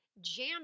Jam